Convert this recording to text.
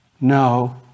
No